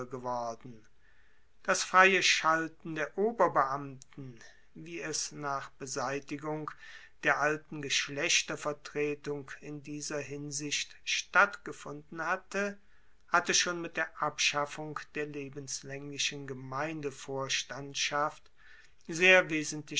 geworden das freie schalten der oberbeamten wie es nach beseitigung der alten geschlechtervertretung in dieser hinsicht stattgefunden hatte hatte schon mit der abschaffung der lebenslaenglichen gemeindevorstandschaft sehr